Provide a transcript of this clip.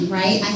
right